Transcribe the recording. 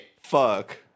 Fuck